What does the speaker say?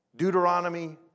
Deuteronomy